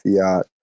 fiat